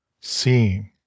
Seeing